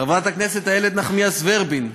חברת הכנסת איילת נחמיאס ורבין,